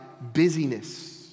busyness